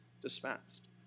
dispensed